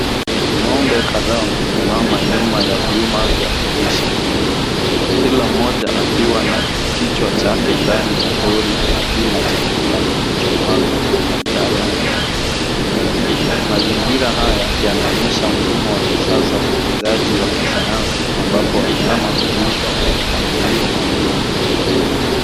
Ng'ombe kadhaa wamesimama ya vyuma vya kulisha, kila mmoja akiwa na kichwa chake ndani ya hori akila chakula kilichomwagwa kwenye mtaro wa mbele. Mazingira haya yanaonyesha mfumo wa kisasa wa ufugaji wa kisayansi ambapo wanyama hulishwa kwa mpangilio maalum.